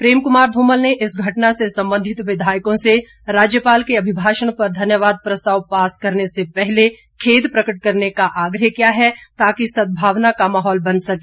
प्रेम कुमार धूमल ने इस घटना से संबंधित विधायकों से राज्यपाल के अभिभाषण पर धन्यवाद प्रस्ताव पास करने से पहले खेद प्रकट करने का आग्रह किया है ताकि सद्भावना का माहौल बन सके